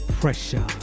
Pressure